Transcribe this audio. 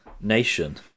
nation